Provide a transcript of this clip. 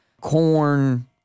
Corn